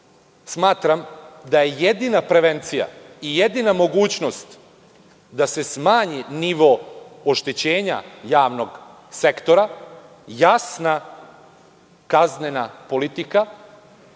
raditi. Smatram da je jedina prevencija i jedina mogućnost da se smanji nivo oštećenja javnog sektora jasna kaznena politika